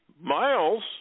miles